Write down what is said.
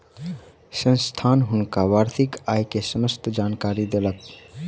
संस्थान हुनका वार्षिक आय के समस्त जानकारी देलक